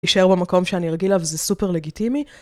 יישאר במקום שאני רגילה וזה סופר לגיטימי.